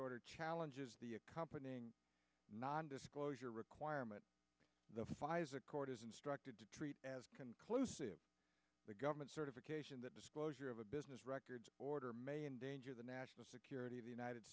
order challenges the accompanying non disclosure requirement the file is a court is instructed to treat as conclusive the government certification that disclosure of a business records order may endanger the national security of the united